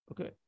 Okay